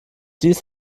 dies